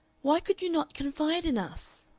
why could you not confide in us?